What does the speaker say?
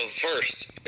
first